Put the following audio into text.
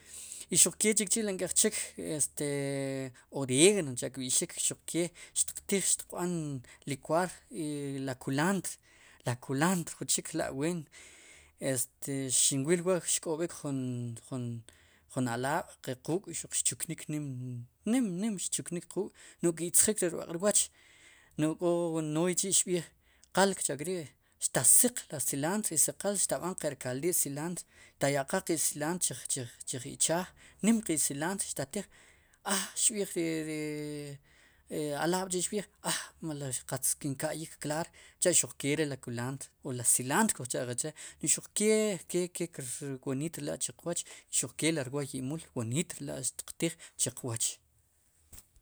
I xuq ke chikchi li nk'ej chik este orégano cha'kb'i'xik xtiq tij xtiqb'an likuar i la kulantr, lakulantr jun chik la'ween xin wil wa'xk'ob'ik jun jualab' quuk' xuq xchuknik nim, nim, nim xchuknik quuk' no'j ki'tzjik ri rb'aq'rwooch no'j k'o nnooy chi' xb'iij qal kcha'kri' xtasik li silandr o xtab'an qe rkaldil silaandr ta ya'qaaj qe silaandr chij ichaaj nim qe silanr xtatiij aa xb'ij ri alaab' aa qatz mel kinka'yik klaar sicha'xuqke re ri kulantar, silantr kuj cha'qe che' xuqke ke, ke woniit rela'chuq wooch xuqke ri rwooy imul woniit rela' xtiq tiij chuq wooch.